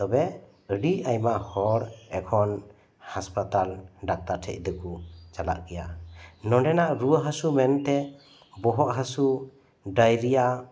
ᱛᱚᱵᱮ ᱟᱹᱰᱤ ᱟᱭᱢᱟ ᱦᱚᱲ ᱮᱠᱷᱚᱱ ᱦᱟᱥᱯᱟᱛᱟ ᱰᱟᱠᱛᱟᱨ ᱴᱷᱮᱱ ᱫᱚᱠᱚ ᱪᱟᱞᱟᱜ ᱜᱮᱭᱟ ᱱᱚᱰᱮᱱᱟᱜ ᱨᱩᱭᱟᱹ ᱦᱟᱹᱥᱩ ᱢᱮᱱ ᱛᱮ ᱵᱚᱦᱚᱜ ᱦᱟᱹᱥᱩ ᱰᱟᱭᱨᱤᱭᱟ